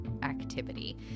Activity